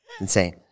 Insane